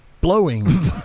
blowing